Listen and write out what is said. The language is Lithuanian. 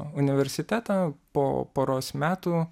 universitetą po poros metų